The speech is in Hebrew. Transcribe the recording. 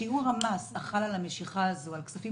שיעור המס החל על המשיכה הזאת על כספים